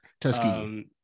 Tuskegee